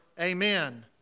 Amen